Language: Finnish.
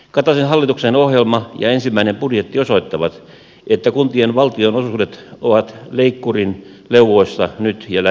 kataisen hallituksen ohjelma ja ensimmäinen budjetti osoittavat että kuntien valtionosuudet ovat leikkurin leuoissa nyt ja lähivuosina